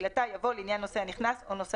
בתחילתה יבוא "לעניין נוסע נכנס או נוסע